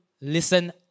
listen